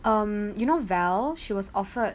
um you know val she was offered